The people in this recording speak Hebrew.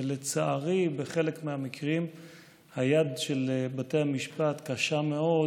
לצערי בחלק מהמקרים היד של בתי המשפט קשה מאוד